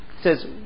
says